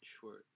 short